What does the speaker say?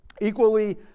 equally